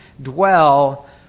dwell